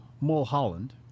Mulholland